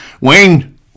Wayne